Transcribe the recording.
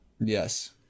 Yes